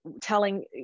telling